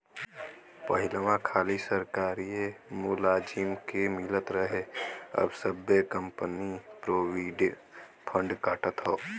पहिलवा खाली सरकारिए मुलाजिम के मिलत रहे अब सब्बे कंपनी प्रोविडेंट फ़ंड काटत हौ